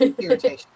irritation